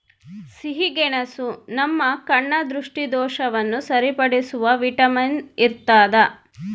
ಸಿಹಿಗೆಣಸು ನಮ್ಮ ಕಣ್ಣ ದೃಷ್ಟಿದೋಷವನ್ನು ಸರಿಪಡಿಸುವ ವಿಟಮಿನ್ ಇರ್ತಾದ